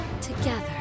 together